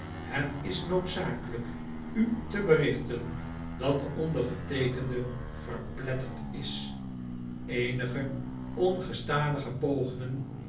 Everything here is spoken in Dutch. het is noodzakelijk u te berichten dat de ondergeteekende verpletterd is eenige ongestadige pogingen